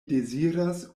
deziras